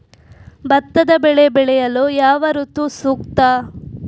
ಭತ್ತದ ಬೆಳೆ ಬೆಳೆಯಲು ಯಾವ ಋತು ಸೂಕ್ತ?